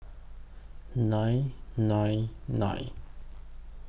nine nine nine